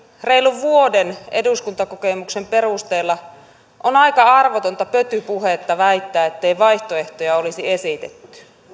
reilun vuoden eduskuntakokemuksen perusteella on aika arvotonta pötypuhetta väittää ettei vaihtoehtoja olisi esitetty